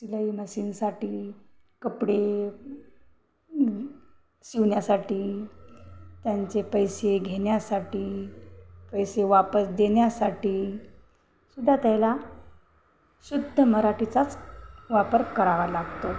सिलाई मशीनसाठी कपडे शिवण्यासाठी त्यांचे पैसे घेण्यासाठी पैसे वापस देण्यासाठी सुद्धा त्याला शुद्ध मराठीचाच वापर करावा लागतो